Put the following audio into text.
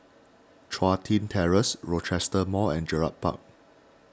Chun Tin Terrace Rochester Mall and Gerald Park